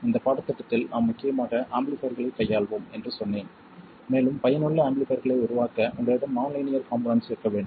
இந்த பாடத்திட்டத்தில் நாம் முக்கியமாக ஆம்பிளிஃபைர்களை கையாள்வோம் என்று சொன்னேன் மேலும் பயனுள்ள ஆம்பிளிஃபைர்களை உருவாக்க உங்களிடம் நான் லீனியர் காம்போனெண்ட்ஸ் இருக்க வேண்டும்